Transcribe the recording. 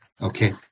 Okay